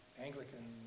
Anglican